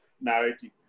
narrative